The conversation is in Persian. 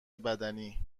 بدنی